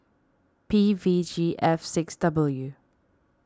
P V G F six W U